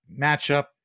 matchup